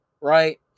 right